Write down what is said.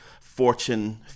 Fortune